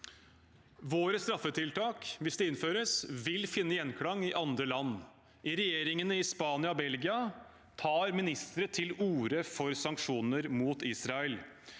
Våre straffetiltak, hvis de innføres, vil finne gjenklang i andre land. I regjeringene i Spania og Belgia tar ministere til orde for sanksjoner mot Israel.